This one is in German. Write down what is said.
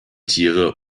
tiere